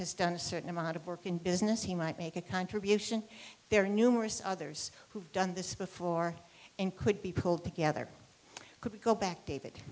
has done a certain amount of work in business he might make a contribution there are numerous others who've done this before and could be pulled together could go back david